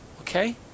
Okay